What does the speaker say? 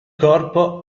corpo